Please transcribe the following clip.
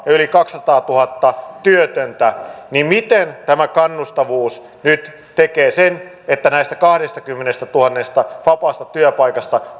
yli kaksisataatuhatta työtöntä niin miten tämä kannustavuus nyt tekee sen että näistä kahdestakymmenestätuhannesta vapaasta työpaikasta